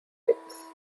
hits